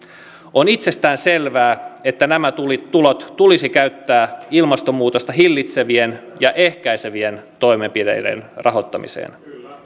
on itsestäänselvää että nämä tulot tulisi käyttää ilmastonmuutosta hillitsevien ja ehkäisevien toimenpiteiden rahoittamiseen